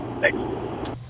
Thanks